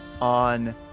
on